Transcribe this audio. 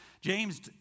James